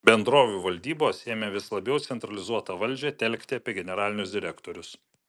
bendrovių valdybos ėmė vis labiau centralizuotą valdžią telkti apie generalinius direktorius